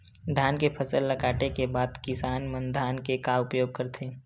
धान के फसल ला काटे के बाद किसान मन धान के का उपयोग करथे?